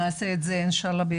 נעשה את זה בקרוב.